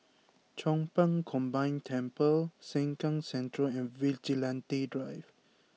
Chong Pang Combined Temple Sengkang Central and Vigilante Drive